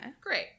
Great